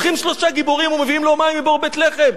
הולכים שלושה גיבורים ומביאים לו מים מבור בית-לחם.